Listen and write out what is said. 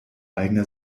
eigener